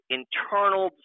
internal